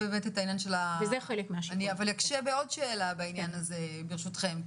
אני אקשה בעוד שאלה בעניין הזה, ברשותכם.